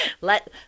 let